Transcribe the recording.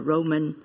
Roman